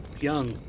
young